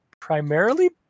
primarily